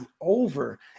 over